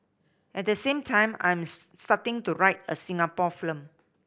at the same time I'm starting to write a Singapore film